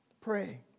Pray